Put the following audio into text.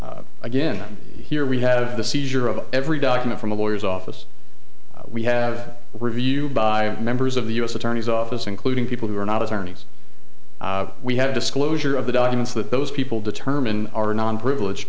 again here we have the seizure of every document from the lawyers office we have a review by members of the u s attorney's office including people who are not as arnie's we have disclosure of the documents that those people determine are non privileged